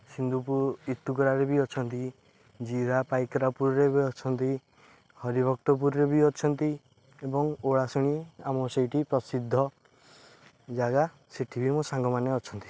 ସିନ୍ଦୁପୁର ଇତୁକୁରାରେ ବି ଅଛନ୍ତି ଜିରା ପାଇକରାପୁରରେ ବି ଅଛନ୍ତି ହରିିଭକ୍ତପୁରରେ ବି ଅଛନ୍ତି ଏବଂ ଓଳାଶୁଣିୀ ଆମ ସେଇଠି ପ୍ରସିଦ୍ଧ ଜାଗା ସେଇଠି ବି ମୋ ସାଙ୍ଗମାନେ ଅଛନ୍ତି